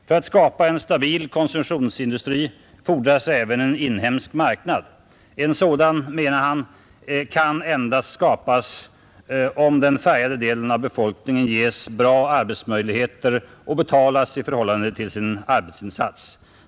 För att skapa en stabil konsumtionsindustri fordras även en inhemsk marknad.” En sådan, menade han, ”kan endast skapas om den färgade delen av befolkningen ges bra arbetsmöjligheter och betalas i förhållande till sin arbetsinsats.